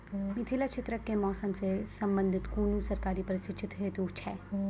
मिथिला क्षेत्रक कि मौसम से संबंधित कुनू सरकारी प्रशिक्षण हेतु छै?